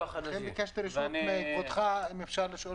לכן ביקשתי רשות מכבודך אם אפשר לשאול